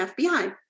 FBI